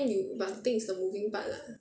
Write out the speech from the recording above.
then you but I think is the moving part lah